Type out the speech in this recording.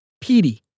Petey